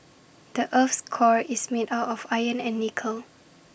the Earth's core is made out of iron and nickel